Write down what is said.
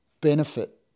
benefit